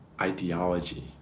ideology